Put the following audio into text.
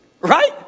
Right